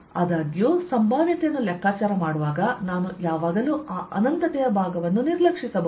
ಆದಾಗ್ಯೂ ಸಂಭಾವ್ಯತೆಯನ್ನು ಲೆಕ್ಕಾಚಾರ ಮಾಡುವಾಗ ನಾನು ಯಾವಾಗಲೂ ಆ ಅನಂತತೆಯ ಭಾಗವನ್ನು ನಿರ್ಲಕ್ಷಿಸಬಹುದು